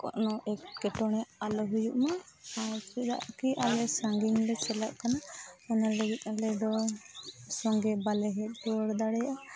ᱠᱳᱱᱳ ᱮᱴᱠᱮᱴᱚᱬᱮ ᱟᱞᱚ ᱦᱩᱭᱩᱜᱼᱢᱟ ᱟᱨ ᱪᱮᱫᱟᱜ ᱠᱤ ᱟᱞᱮ ᱥᱟᱺᱜᱤᱧ ᱞᱮ ᱥᱮᱱᱚᱜ ᱠᱟᱱᱟ ᱚᱱᱟ ᱞᱟᱹᱜᱤᱫ ᱟᱞᱮ ᱫᱚ ᱥᱚᱸᱜᱮ ᱵᱟᱞᱮ ᱦᱮᱡᱽ ᱨᱩᱣᱟᱹᱲ ᱫᱟᱲᱮᱭᱟᱜᱼᱟ